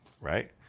right